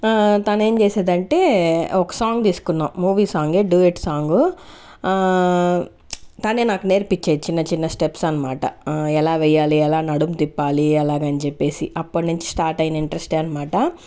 తను ఏం చేసేది అంటే ఒక సాంగ్ తీసుకున్నాం మూవీ సాంగే డ్యూయెట్ సాంగ్ తనే నాకు నేర్పించేది చిన్న చిన్న స్టెప్స్ అనమాట ఎలా వేయాలి ఎలా నడుము తిప్పాలి ఎలాగని చెప్పేసి అప్పటినుంచి స్టార్ట్ అయిన ఇంట్రెస్ట్ అనమాట